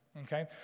okay